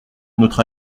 notre